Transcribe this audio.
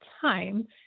time